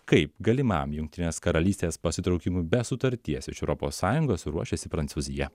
kaip galimam jungtinės karalystės pasitraukimui be sutarties iš europos sąjungos ruošėsi prancūzija